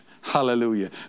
hallelujah